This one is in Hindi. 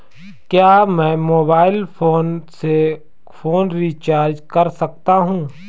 क्या मैं मोबाइल फोन से फोन रिचार्ज कर सकता हूं?